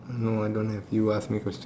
no I don't have you ask me question